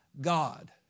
God